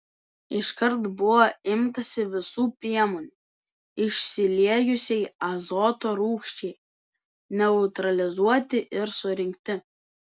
iškart buvo imtasi visų priemonių išsiliejusiai azoto rūgščiai neutralizuoti ir surinkti